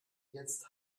jetzt